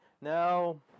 Now